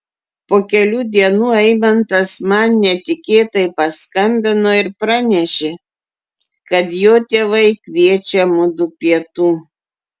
po kelių dienų eimantas man netikėtai paskambino ir pranešė kad jo tėvai kviečia mudu pietų